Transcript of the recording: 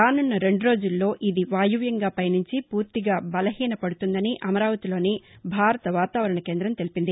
రానున్న రెండు రోజుల్లో ఇది వాయవ్యంగా పయనించి పూర్తిగా బలహీనపడనుందని అమరావతిలోని భారత వాతావరణ కేంధం తెలిపింది